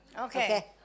Okay